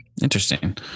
Interesting